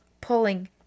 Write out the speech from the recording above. pulling